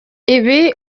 ibi